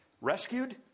rescued